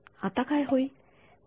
आता काय होईल